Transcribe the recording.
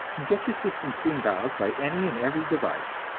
get your system cleaned out by any and every device.